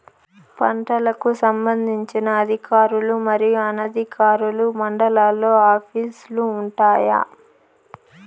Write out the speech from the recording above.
పంటలకు సంబంధించిన అధికారులు మరియు అనధికారులు మండలాల్లో ఆఫీస్ లు వుంటాయి?